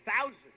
Thousands